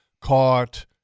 caught